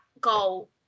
goal